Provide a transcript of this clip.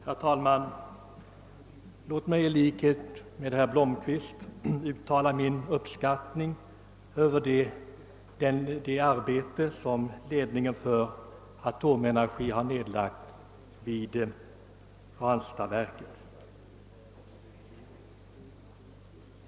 Herr talman! Låt mig i likhet med herr Blomkvist uttala min uppskattning av det arbete, som ledningen för AB Atomenergi har nedlagt vid Ranstadsverket.